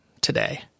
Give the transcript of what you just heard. today